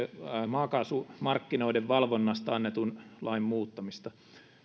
maakaasumarkkinoiden valvonnasta annetun lain muuttamista